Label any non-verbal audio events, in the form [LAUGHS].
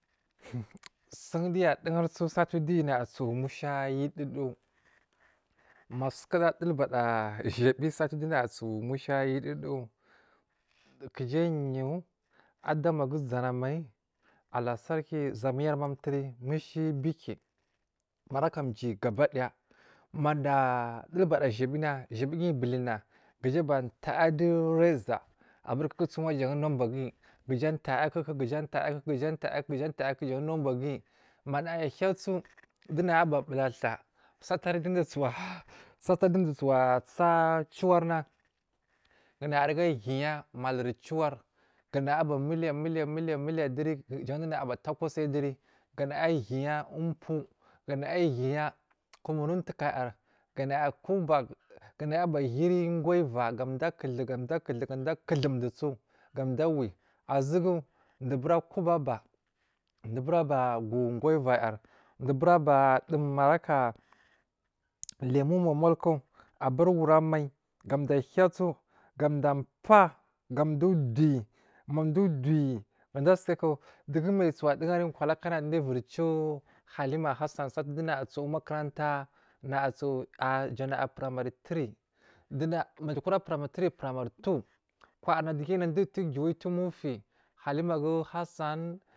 [LAUGHS] sundiya a dowohaisu satuduwo naya suwu musha yiyi dowo musuguda a dul bada sheyibi satuwu dowu naya suwu mutha yiyi dowu kujainyu. Adamagu zanamai, allah sarki zamiyarma aturi mushiyi bekkiyi maaka jiyi kabbakidaya mada a dulbada shiyibina shiyibiguya bilinna gaja abataya dowu reza abur kuku guwa jan numbaguyi gu ja atayakuku gaja ataya kuku gaja atayakuku jan numbaguyi manaya ahiyasu dowu naya aba bula taa saturi duwu dowu suwa tsa ciwarnaga naya aruga hiyi ya maluri ciwar gana ya aba muliya muliya. Mulyaduri jan dowu nayo abata kosai duri ganaya ahuya upuwu ganaya ahuyi ya kummi utuwo kayar ganaya akuba ganaya aba hiyiri goiva gamdu akudu gam du a kudu kandu a kudusu gan duwo awi asugu dowo bura kuba abaa duwu bur aba gu aivayar dubura ba duwo mraka lemo muwu mulku aba. Wuri amai gandu ahiyasu ga dawou a paa gamdowa udiyyi maduwu u diyyi kaduwu asuku dugu mai suwa duhuri kwalakana dowu du uviri ciwo halima gu hassan saturi dowu nayu suwu makaranta naya suwu nay a suwu primary tiri maja kira primary tiri primary tuwo kwayar naduge nade udowu giwa ituwu mufiyi halima gu hassan.